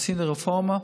עשינו רפורמה.